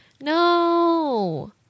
no